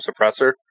suppressor